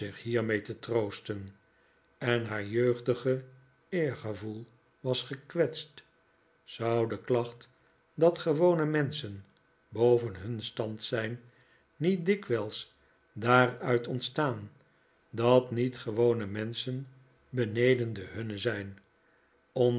hiermee te troosten en haar jeugdige eergevoel was gekwetst zou de klacht dat gewone menschen boven hun stand zijn niet dikwijls daaruit ontstaan dat niet gewone menschen beneden den hunnen zijn